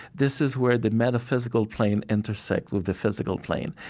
this is where the metaphysical plane intersect with the physical plane.